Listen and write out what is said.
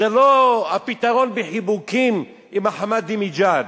הפתרון זה לא בחיבוקים עם אחמדינג'אד.